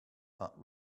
but